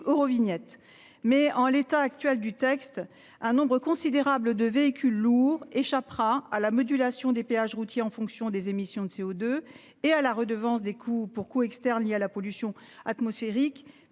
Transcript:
Mais en l'état actuel du texte, un nombre considérable de véhicules lourds échappera à la modulation des péages routiers en fonction des émissions de CO2 et à la redevance, des coups pour coups externes liés à la pollution atmosphérique